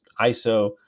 ISO